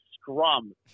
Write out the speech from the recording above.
scrum